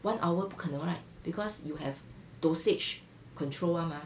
one hour 不可能 [right] because you have dosage control [one] mah